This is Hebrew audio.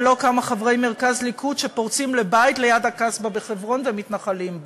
ולא כמה חברי מרכז ליכוד שפורצים לבית ליד הקסבה בחברון ומתנחלים בו.